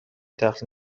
تلخ